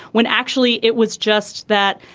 when actually it was just that,